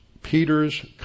Peter's